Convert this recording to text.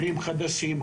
חוקרים חדשים,